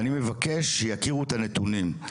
אני מבקש שיכירו את הנתונים.